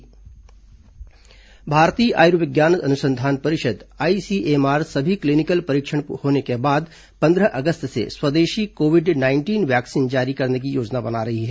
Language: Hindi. आईसीएमआर कोविड वैक्सीन भारतीय आयुर्विज्ञान अनुसंधान परिषद आईसीएमआर सभी क्लीनिकल परीक्षण पूरे होने के बाद पंद्रह अगस्त से स्वदेशी कोविड नाइंटीन वैक्सीन जारी करने की योजना बना रही है